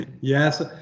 yes